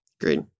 Great